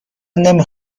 نمی